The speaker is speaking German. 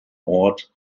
ort